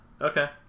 Okay